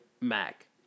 Mac